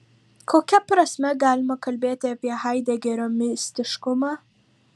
kokia prasme galima kalbėti apie haidegerio mistiškumą